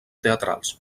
teatrals